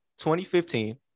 2015